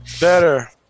Better